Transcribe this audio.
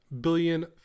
billion